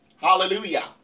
Hallelujah